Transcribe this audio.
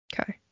Okay